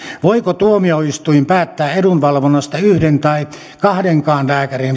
voiko tuomioistuin päättää edunvalvonnasta yhden tai kahdenkaan lääkärin